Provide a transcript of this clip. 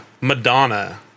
Madonna